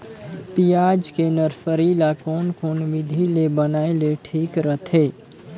पियाज के नर्सरी ला कोन कोन विधि ले बनाय ले ठीक रथे?